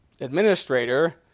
administrator